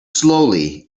slowly